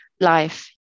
life